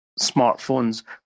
smartphones